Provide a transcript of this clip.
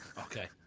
okay